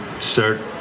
start